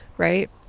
Right